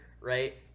right